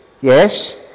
yes